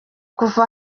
kuva